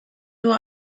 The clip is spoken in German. nur